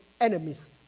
enemies